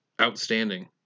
outstanding